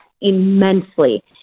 immensely